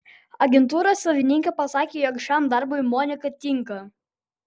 agentūros savininkė pasakė jog šiam darbui monika tinka